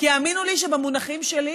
כי האמינו לי שבמונחים שלי